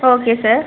okay sir